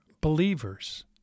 believers